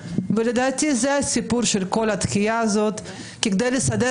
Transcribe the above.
ולדעתי זה הסיפור של כל התקיעה הזאת כי כדי לסדר